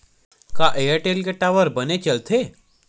का एयरटेल के टावर बने चलथे?